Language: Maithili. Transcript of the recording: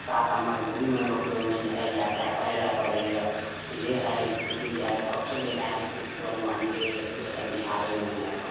साथ आ मजबूरीमे ओहि लोककेँ जे हइ यात्रा करैला पड़ैया इहे हइ स्थिति जे हइ सबसे बेकार स्थिति परिवहनके जे बिहारेमे हइ अभी